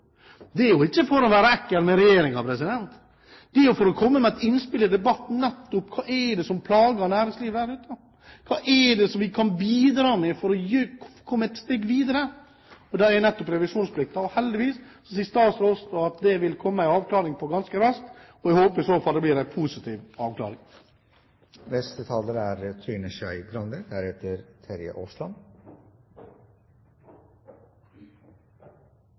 Det er jo ikke for å være ekkel mot regjeringen, det er for å komme med et innspill i debatten om hva som plager næringslivet der ute. Hva kan vi bidra med for å komme et steg videre? Det er nettopp revisjonsplikten. Heldigvis sier statsråden at det vil komme en avklaring av det ganske raskt. Jeg håper i så fall det blir en positiv avklaring.